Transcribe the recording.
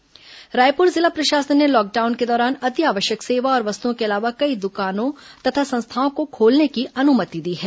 lockdown छूट रायपुर जिला प्रशासन ने लॉकडाउन के दौरान अति आवश्यक सेवा और वस्तुओं के अलावा कई और दुकानों तथा संस्थाओं को खोलने की अनुमति दी है